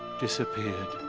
disappeared.